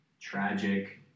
tragic